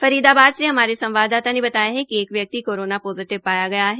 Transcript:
फरीदाबाद से हमारे संवाददाता ने बताया कि एक व्यक्ति कोरोना पोजिटिव पाया गया है